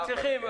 נכון,